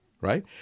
right